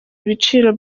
ibiciro